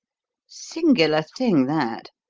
singular thing, that.